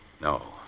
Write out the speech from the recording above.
No